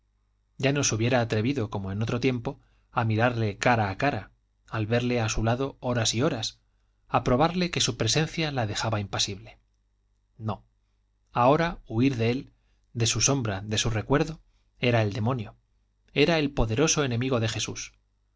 ya no se hubiera atrevido como en otro tiempo a mirarle cara a cara a verle a su lado horas y horas a probarle que su presencia la dejaba impasible no ahora huir de él de su sombra de su recuerdo era el demonio era el poderoso enemigo de jesús